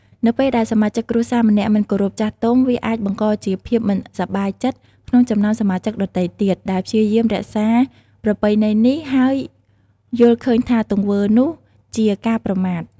នៅពេលដែលសមាជិកគ្រួសារម្នាក់មិនគោរពចាស់ទុំ វាអាចបង្កជាភាពមិនសប្បាយចិត្តក្នុងចំណោមសមាជិកដទៃទៀត ដែលព្យាយាមរក្សាប្រពៃណីនេះ ហើយយល់ឃើញថាទង្វើនោះជាការប្រមាថ។